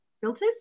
filters